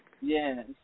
Yes